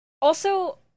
Also-